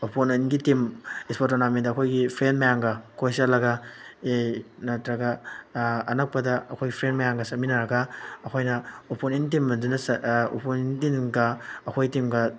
ꯑꯣꯄꯣꯅꯦꯟꯒꯤ team sport ꯇꯣꯔꯅꯥꯃꯦꯟꯗ ꯑꯩꯈꯣꯏꯒꯤ friend ꯃꯌꯥꯝꯒ ꯀꯣꯏ ꯆꯠꯂꯒ ꯅꯠꯇ꯭ꯔꯒ ꯑꯅꯛꯄꯗ ꯑꯩꯈꯣꯏ ꯐ꯭ꯔꯦꯟ ꯃꯌꯥꯝꯒ ꯆꯠꯃꯤꯟꯅꯔꯒ ꯑꯩꯈꯣꯏꯅ ꯑꯣꯄꯣꯅꯦꯟ ꯇꯤꯝ ꯑꯗꯨꯅ ꯑꯣꯄꯣꯅꯦꯟ ꯇꯤꯝꯒ ꯑꯩꯈꯣꯏ ꯇꯤꯝꯒ